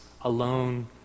alone